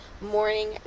morning